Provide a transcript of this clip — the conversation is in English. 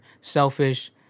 selfish